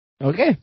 Okay